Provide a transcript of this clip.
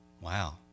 Wow